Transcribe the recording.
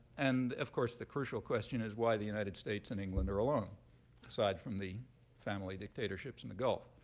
and, of course, the crucial question is why the united states and england are alone aside from the family dictatorships in the gulf,